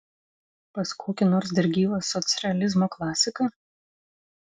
pas kokį nors dar gyvą socrealizmo klasiką